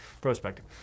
prospective